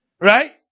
right